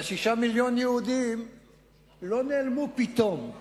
הרי שישה מיליוני יהודים לא נעלמו פתאום.